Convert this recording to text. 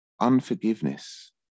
unforgiveness